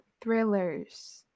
thrillers